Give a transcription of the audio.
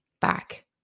back